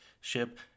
ship